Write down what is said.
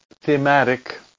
thematic